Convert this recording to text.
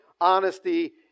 Honesty